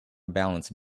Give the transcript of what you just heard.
balance